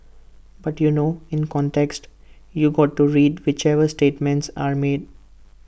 but you know in context you got to read whichever statements are made